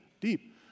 deep